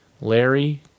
Larry